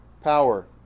power